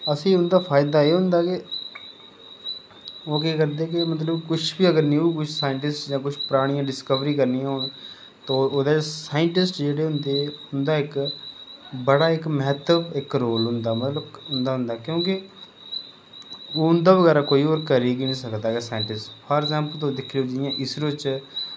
असेंगी उंदा फायदा एह् होंदा के ओह् केह् करदे के अगर कोई बी न्यू कुश सांइटिसट जां कुछ परानी डिस्कबरी करनियां होन ते ओह्दे च साईंटिस्ट होंदे ओह्दै च इस बड़ा इक म्ह्त्व इक रोल होंदा होंदा क्योंकि उंदै बगैरा कोई करी गै नी सकदा साईंटिस्ट फारअग्जैंपल तुस दिक्खो इसरो च